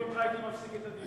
אבל אתה יכול ללכת, זה בסדר.